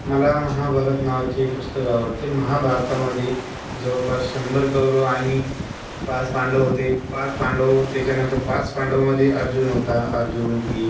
मला महाभारत नावाचे एक पुस्तक आवडते महाभारतामध्ये जवळपास शंभर कौरव आणि पाच पांडव होते पाच पांडव त्याच्यानंतर पाच पांडवमध्ये अर्जुन होता अर्जुन भीम